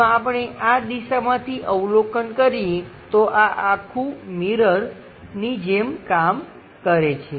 જો આપણે આ દિશામાંથી અવલોકન કરીએ તો આ આખું મિરરની જેમ કામ કરે છે